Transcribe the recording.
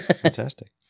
Fantastic